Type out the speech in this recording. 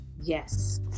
Yes